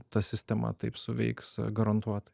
ta sistema taip suveiks garantuot